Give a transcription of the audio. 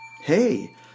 Hey